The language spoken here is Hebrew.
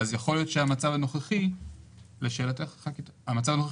יכול להיות שהמצב הנוכחי יכול להשפיע.